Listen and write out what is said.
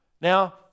now